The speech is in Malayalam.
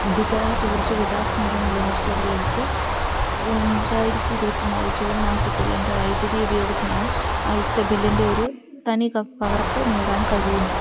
ഗുജറാത്ത് ഊർജ വികാസ് നിഗം ലിമിറ്റഡ്ലേക്ക് രണ്ടായിരത്തി ഇരുപത്തി നാല് ജൂൺ മാസത്തിൽ എൻ്റെ വൈദ്യുതി ഉപയോഗത്തിനായി അയച്ച ബില്ലിൻ്റെ ഒരു തനി പകർപ്പ് നേടാൻ കഴിയുമോ